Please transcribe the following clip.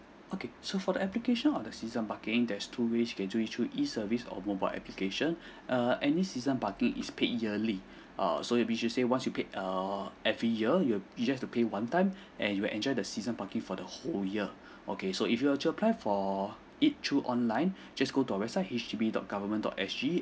okay so for the application of the season parking there's two ways you can do is through E service or mobile application err any season parking is paid yearly err so it means to say once you paid err every year you have you just to pay one time and you enjoy the season parking for the whole year okay so if you were to apply for it through online just go to our website H D B dot government dot S G